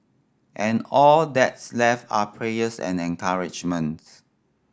and all that's left are prayers and encouragement